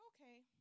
Okay